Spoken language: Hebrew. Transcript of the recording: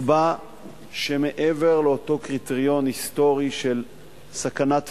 תקבע שמעבר לאותו קריטריון היסטורי של סכנת